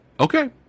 Okay